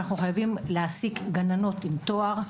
ואנחנו מחויבים להעסיק גננות עם תואר.